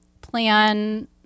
plan